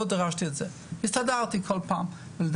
מעבר לכך, לא דרשתי אלא הסתדרתי.